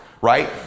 right